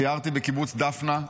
סיירתי בקיבוץ דפנה,